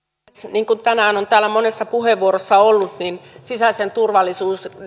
niin kuin tänään on täällä monessa puheenvuorossa ollut niin sisäisen turvallisuuden